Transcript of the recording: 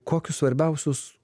kokius svarbiausius